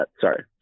Sorry